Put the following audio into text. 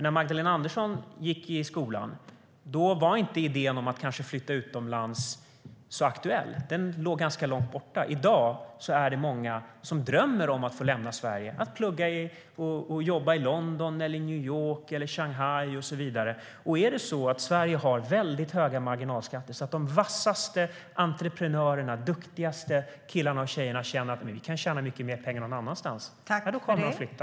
När Magdalena Andersson gick i skolan var inte idén om att kanske flytta utomlands så aktuell; den låg ganska långt borta. I dag är det många som drömmer om att få lämna Sverige för att plugga och jobba i London, New York eller Shanghai och så vidare. Och om Sverige har väldigt höga marginalskatter, så att de vassaste entreprenörerna och duktigaste killarna och tjejerna känner att de kan tjäna mycket mer pengar någon annanstans, då kommer de att flytta.